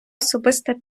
особиста